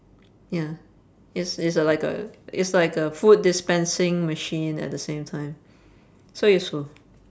ya it's it's a like a it's like a food dispensing machine at the same time so useful